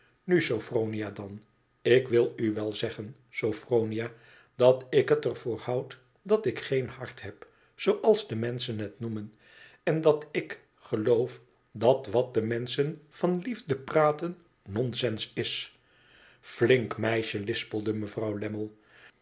inu sophronia dan ik wil u wel zeggen sophronia dat ik het er voor houd dat ik geen hart heb zooals de menschen het noemen en dat ik geloof dat wat de menschen van liefde praten nonsens is flink meisje lispelde mevrouw